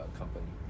company